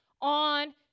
on